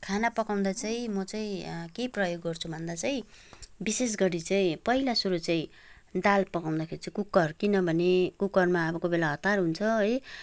खाना पकाउँदा चाहिँ म चाहिँ के प्रयोग गर्छु भन्दा चाहिँ विशेष गरी चाहिँ पहिला सुरु चाहिँ दाल पकाउँदाखेरि चाहिँ कुकर किनभने कुकरमा अब कोही बेला अब हतार हुन्छ है